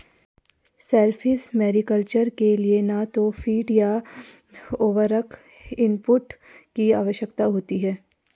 shellfish mariculture के लिए न तो फ़ीड या उर्वरक इनपुट की आवश्यकता होती है